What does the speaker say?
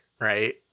right